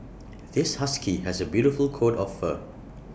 this husky has A beautiful coat of fur